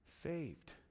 saved